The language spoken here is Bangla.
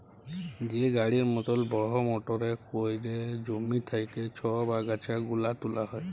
যে গাড়ির মতল বড়হ মটরে ক্যইরে জমি থ্যাইকে ছব আগাছা গুলা তুলা হ্যয়